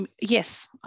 Yes